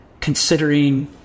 considering